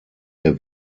der